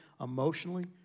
emotionally